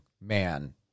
man